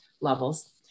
levels